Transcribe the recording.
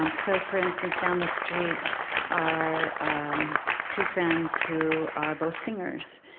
um so, for instance, down the street are um two friends who are both singers.